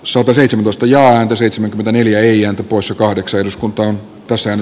sataseitsemäntoista ja antoi seitsemänkymmentäneljä eijan poissa kahdeksan eduskuntaan toisen